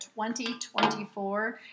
2024